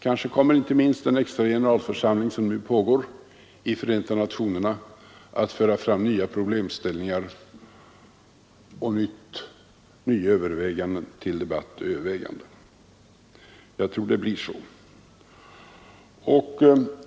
Kanske kommer inte minst den extra generalförsamling som nu pågår i Förenta Nationerna att föra fram nya problemställningar till debatt och övervägande. Jag tror det blir så.